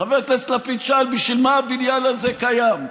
חבר הכנסת לפיד שאל: בשביל מה הבניין הזה קיים?